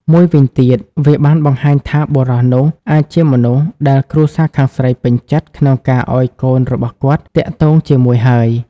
មួយវិញទៀត វាបានបង្ហាញថាបុរសនោះអាចជាមនុស្សដែលគ្រួសារខាងស្រីពេញចិត្តក្នុងការឲ្យកូនរបស់គាត់ទាក់ទងជាមួយហើយ។